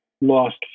lost